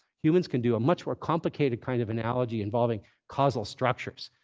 humans can do a much more complicated kind of analogy involving causal structures.